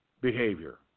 behavior